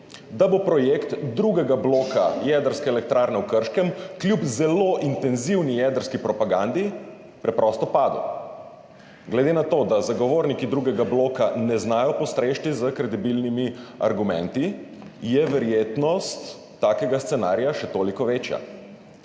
da bo projekt drugega bloka Jedrske elektrarne v Krškem kljub zelo intenzivni jedrski propagandi preprosto padel. Glede na to, da zagovorniki drugega bloka ne znajo postreči s kredibilnimi argumenti, je verjetnost takega scenarija še toliko večja.